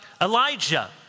Elijah